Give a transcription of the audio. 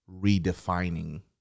redefining